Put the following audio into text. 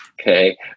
Okay